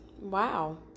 wow